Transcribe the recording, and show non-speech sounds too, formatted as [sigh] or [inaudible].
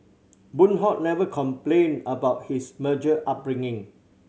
Boon Hock never complained about his [unintelligible] upbringing